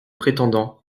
prétendant